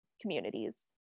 communities